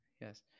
Yes